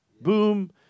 Boom